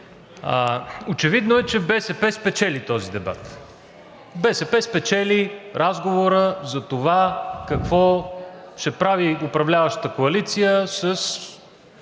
Очевидно е, че БСП спечели този дебат, БСП спечели разговора за това какво ще прави управляващата коалиция с